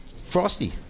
Frosty